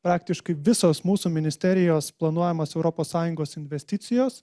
praktiškai visos mūsų ministerijos planuojamos europos sąjungos investicijos